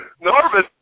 Norman